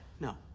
No